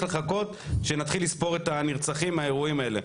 לחכות שנתחיל לספור את הנרצחים מהאירועים האלה,